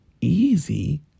easy